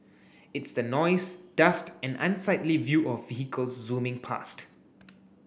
it's the noise dust and unsightly view of vehicles zooming past